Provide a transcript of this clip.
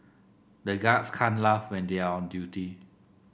the guards can't laugh when they are on duty